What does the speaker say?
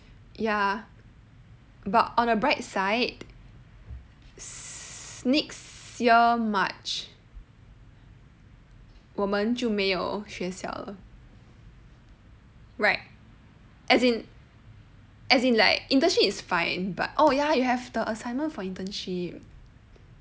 ya but on the bright side next year march 我们就没有学校了 right as in as in like internship is fine but oh ya you have the assignment for internship